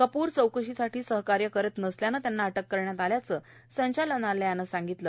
कपूर हे चौकशीसाठी सहकार्य करत नसल्यानं त्यांना अधिक करण्यात आल्याचं संचालनालयानं सांगितलं